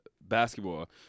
basketball